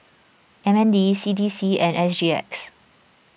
M N D C D C and S G X